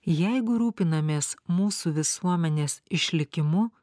jeigu rūpinamės mūsų visuomenės išlikimu